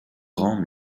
grand